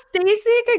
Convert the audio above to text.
stacy